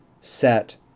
set